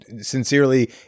sincerely